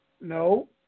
no